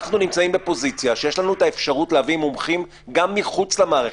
אנחנו נמצאים בפוזיציה שיש לנו את האפשרות להביא מומחים גם מחוץ למערכת,